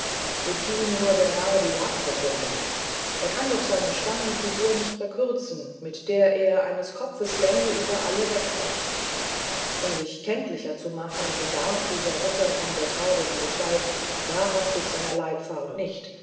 wozu nur der narr die larve vornimmt er kann doch seine stangenfigur nicht verkürzen mit der er eines kopfes länge und alle wegragt um sich kenntlicher zu machen bedarf dieser ritter von der traurigen gestalt wahrhaftig seiner leibfarbe nicht